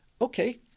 okay